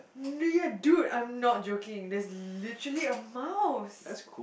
ya dude I'm not joking there's literally a mouse